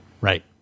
Right